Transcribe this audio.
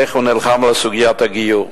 איך הוא נלחם על סוגיית הגיור.